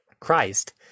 Christ